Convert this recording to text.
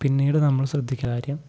പിന്നീട് നമ്മള് ശ്രദ്ധിക്കേണ്ട കാര്യം